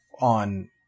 on